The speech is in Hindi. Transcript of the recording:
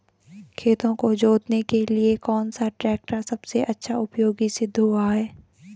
खेतों को जोतने के लिए कौन सा टैक्टर सबसे अच्छा उपयोगी सिद्ध हुआ है?